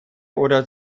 oder